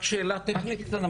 רק שאלה טכנית קטנה,